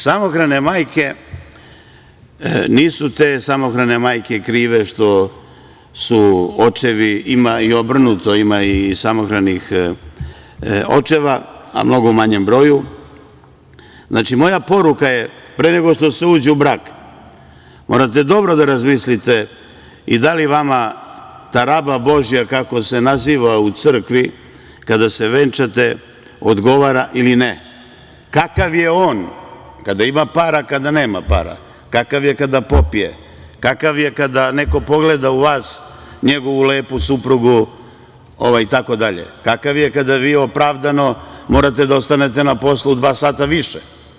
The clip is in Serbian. Samohrane majke, nisu te samohrane majke krive što su očevi, ima i obrnuto, ima i samohranih očeva, ali u mnogo manjem broju, znači, moja poruka je, pre nego što se uđe u brak, morate dobro da razmislite i da li vama ta raba božja, kako se naziva u crkvi, kada se venčate, odgovara ili ne, kakav je on kada ima para, kada nema para, kakav je kada popije, kakav je kada neko pogleda u vas, njegovu lepu suprugu itd, kakav je kada vi opravdano morate da ostanete na poslu dva sata više.